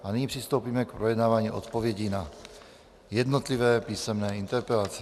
A nyní přistoupíme k projednávání odpovědí na jednotlivé písemné interpelace.